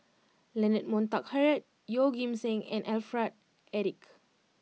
Leonard Montague Harrod Yeoh Ghim Seng and Alfred Eric